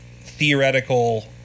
theoretical